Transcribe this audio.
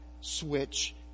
switch